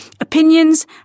opinions